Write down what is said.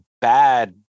bad